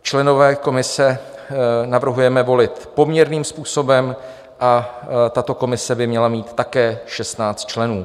Členy komise navrhujeme volit poměrným způsobem a tato komise by měla mít také 16 členů.